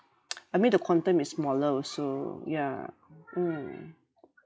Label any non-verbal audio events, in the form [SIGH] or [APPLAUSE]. [NOISE] I mean the quantum is smaller also yeah mm